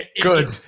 good